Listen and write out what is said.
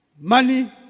Money